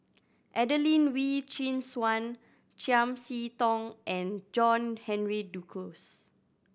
Adelene Wee Chin Suan Chiam See Tong and John Henry Duclos